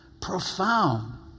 Profound